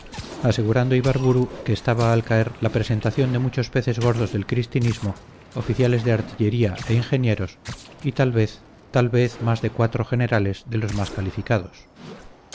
asegurando ibarburu que estaba al caer la presentación de muchos peces gordos del cristinismo oficiales de artillería e ingenieros y tal vez tal vez más de cuatro generales de los más calificados